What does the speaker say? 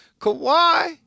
Kawhi